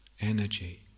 energy